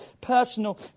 personal